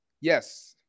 Yes